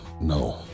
no